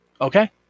Okay